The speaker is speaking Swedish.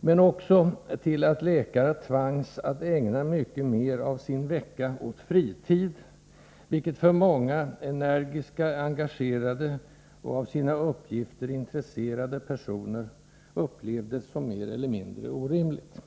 men också till att läkare tvangs att ägna mycket mer av sin vecka åt fritid, vilket för många energiska och engagerade och av sina uppgifter intresserade personer upplevdes som mer eller mindre orimligt.